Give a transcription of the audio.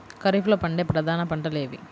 ఖరీఫ్లో పండే ప్రధాన పంటలు ఏవి?